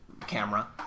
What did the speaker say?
camera